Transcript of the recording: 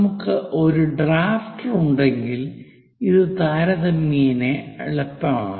നമുക്ക് ഒരു ഡ്രാഫ്റ്റർ ഉണ്ടെങ്കിൽ ഇത് താരതമ്യേന എളുപ്പമാണ്